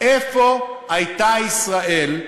איפה הייתה ישראל,